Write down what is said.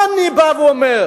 מה אני בא ואומר?